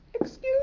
Excuse